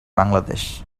bangladesh